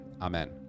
Amen